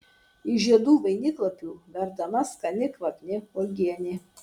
iš žiedų vainiklapių verdama skani kvapni uogienė